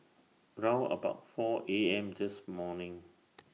round about four A M This morning